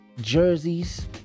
Jersey's